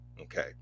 Okay